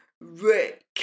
Rick